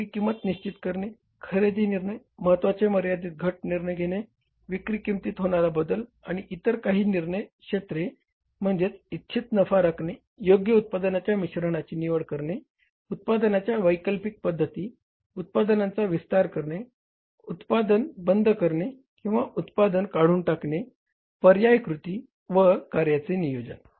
विक्री किंमत निश्चित करणे खरेदी निर्णय महत्वाचे मर्यादित घट निर्णय घेणे विक्री किंमतीत होणारा बदल आणि इतर काही निर्णय क्षेत्रे म्हणजे इच्छित नफा राखणे योग्य उत्पादनाच्या मिश्रणाची निवड करणे उत्पादनाच्या वैकल्पिक पद्धती उत्पादनांचा विस्तार करणे उत्पादन बंद करणे किंवा उत्पादन काढून टाकणे पर्यायी कृती व कार्याचे नियोजन